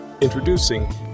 Introducing